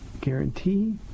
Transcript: guarantee